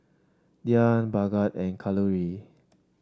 Dhyan Bhagat and Kalluri